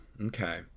okay